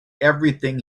everything